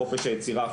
חופש היצירה,